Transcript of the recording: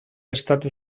estatu